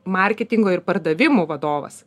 marketingo ir pardavimų vadovas